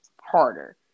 harder